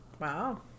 Wow